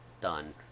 done